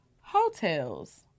hotels